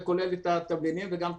שכולל גם תבלינים וגם פרחים.